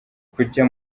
kujya